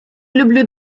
люблю